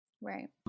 Right